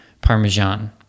parmesan